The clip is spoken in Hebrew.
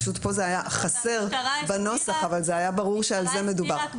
אמנם כאן זה היה חסר בנוסח אבל זה היה ברור שעל זה מדובר.